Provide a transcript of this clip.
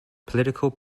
political